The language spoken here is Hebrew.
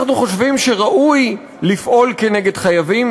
אנחנו חושבים שראוי לפעול נגד חייבים,